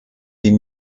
die